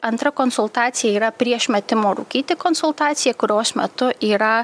antrą konsultacija yra prieš metimo rūkyti konsultaciją kurios metu yra